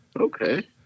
okay